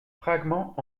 fragment